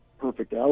perfect